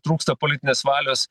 trūksta politinės valios